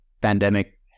pandemic